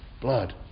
blood